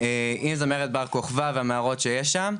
אם זה מרד בר כוכבא והמערות שיש שם,